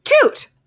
Toot